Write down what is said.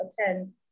attend